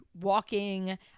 walking